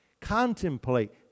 contemplate